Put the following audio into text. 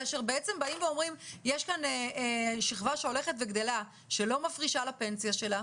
כאשר אומרים שיש כאן שכבה שהולכת וגדלה שלא מפרישה לפנסיה שלה,